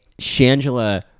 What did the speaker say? Shangela